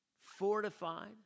fortified